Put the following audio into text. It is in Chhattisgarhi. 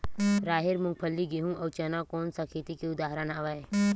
राहेर, मूंगफली, गेहूं, अउ चना कोन सा खेती के उदाहरण आवे?